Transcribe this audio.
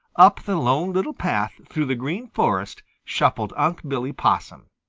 up the lone little path through the green forest shuffled unc' billy possum.